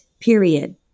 period